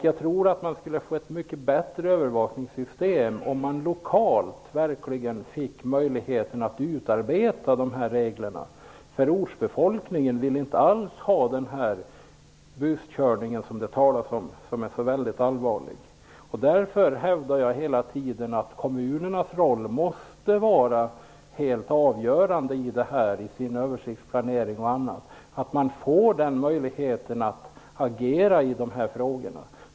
Jag tror man skulle få ett bättre övervakningssystem om man verkligen lokalt fick möjlighet att utarbea reglerna. Ortsbefolkningen vill inte alls ha någon buskörning som det talas om som så allvarlig. Jag hävdar hela tiden att kommunernas roll måste vara helt avgörande. De måste i sin översiktsplanering och annat få möjligheten att agera i de här frågorna.